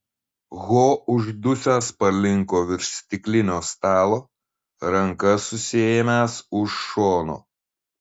ho uždusęs palinko virš stiklinio stalo ranka susiėmęs už šono